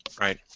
Right